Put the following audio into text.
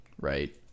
right